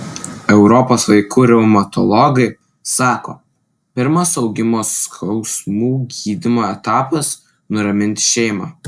europos vaikų reumatologai sako pirmas augimo skausmų gydymo etapas nuraminti šeimą